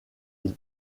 elle